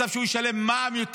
מצב שבו הוא ישלם יותר מע"מ,